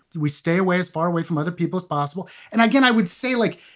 we stay away as far away from other people's possible and i can i would say, like,